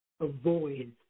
avoid